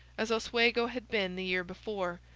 as oswego had been the year before,